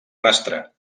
rastre